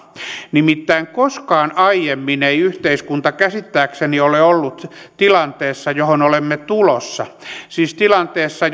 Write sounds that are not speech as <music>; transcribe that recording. nimittäin koskaan aiemmin ei yhteiskunta käsittääkseni ole ollut tilanteessa johon olemme tulossa siis tilanteessa <unintelligible>